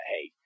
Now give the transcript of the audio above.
hey